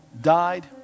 died